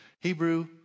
Hebrew